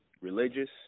religious